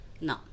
no